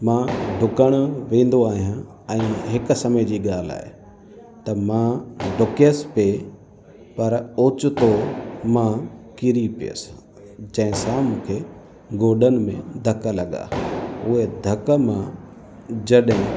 मां डुकणु वेंदो आहियां ऐं हिकु समय जी ॻाल्हि आहे त मां डुकियसि पियो पर ओचितो मां किरी पियसि जंहिंसां मूंखे गोॾनि में धक लॻा उहे धक मां जॾहिं